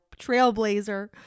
trailblazer